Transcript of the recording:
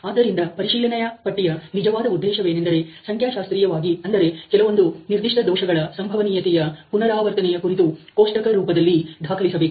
ಆದ್ದರಿಂದ ಪರಿಶೀಲನೆಯ ಪಟ್ಟಿಯ ನಿಜವಾದ ಉದ್ದೇಶವೇನೆಂದರೆ ಸಂಖ್ಯಾಶಾಸ್ತ್ರೀಯವಾಗಿ ಅಂದರೆ ಕೆಲವೊಂದು ನಿರ್ದಿಷ್ಟ ದೋಷಗಳ ಸಂಭವನೀಯತೆಯ ಪುನರಾವರ್ತನೆಯ ಕುರಿತು ಕೋಷ್ಠಕ ರೂಪದಲ್ಲಿ ದಾಖಲಿಸಬೇಕು